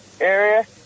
area